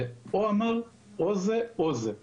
זה או אמ"ר, או אישור כזה או אישור כזה.